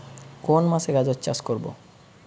কোন মাসে গাজর চাষ করব?